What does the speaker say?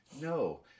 no